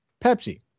Pepsi